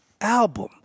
album